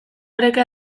oreka